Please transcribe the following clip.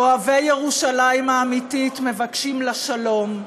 אוהבי ירושלים האמיתית מבקשים לה שלום,